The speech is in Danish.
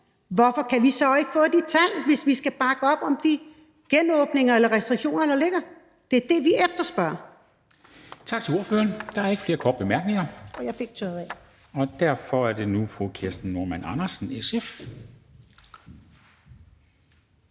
Hvorfor kan vi så ikke få de tal, hvis vi skal bakke op om de restriktioner, der ligger? Det er det, vi efterspørger.